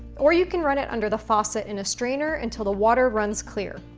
or you can run it under the faucet in a strainer until the water runs clear.